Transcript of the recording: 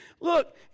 look